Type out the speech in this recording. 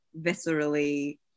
viscerally